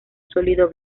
sólido